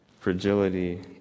fragility